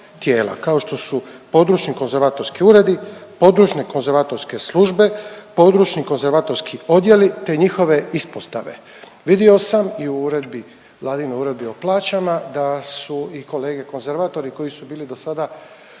kao što su područni konzervatorski uredi, područne konzervatorske službe, područnu konzervatorski odjeli te njihove ispostave. Vidio sam i u uredbi, vladinoj uredbi o plaćama da su i kolege konzervatori koji su bili do sada